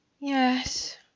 yes